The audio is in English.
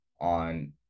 on